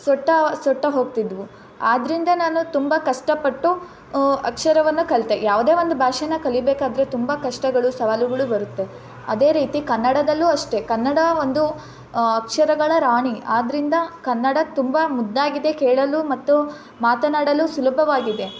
ಸೊಟ್ಟ ಸೊಟ್ಟ ಹೋಗ್ತಿದ್ವು ಆದ್ದರಿಂದ ನಾನು ತುಂಬ ಕಷ್ಟಪಟ್ಟು ಅಕ್ಷರವನ್ನು ಕಲಿತೆ ಯಾವುದೇ ಒಂದು ಭಾಷೇನ ಕಲಿಬೇಕಾದರೆ ತುಂಬ ಕಷ್ಟಗಳು ಸವಾಲುಗಳು ಬರುತ್ತೆ ಅದೇ ರೀತಿ ಕನ್ನಡದಲ್ಲೂ ಅಷ್ಟೇ ಕನ್ನಡ ಒಂದು ಅಕ್ಷರಗಳ ರಾಣಿ ಆದ್ದರಿಂದ ಕನ್ನಡ ತುಂಬ ಮುದ್ದಾಗಿದೆ ಕೇಳಲು ಮತ್ತು ಮಾತನಾಡಲು ಸುಲಭವಾಗಿದೆ